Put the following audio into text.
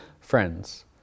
friends